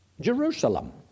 Jerusalem